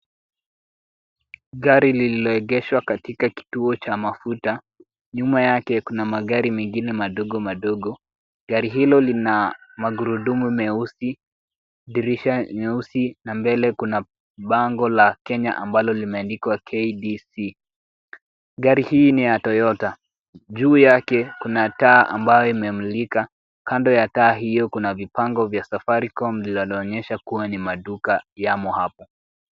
Gari lililoegeshwa katika kituo cha mafuta. Nyuma yake kuna magari mengine madogo madogo. Gari hilo lina magurudumu meusi, dirisha nyeusi na mbele kuna bango la Kenya ambalo limeandikwa KDC. Gari hii ni ya Toyota. Juu yake kuna taa ambayo imemulika. Kando ya taa hiyo kuna vibango vya Safaricom linaloonyesha kuwa ni maduka yamo hapo.